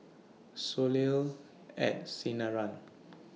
Soleil At Sinaran